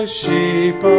sheep